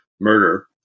murder